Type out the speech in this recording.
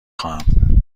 خواهم